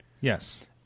Yes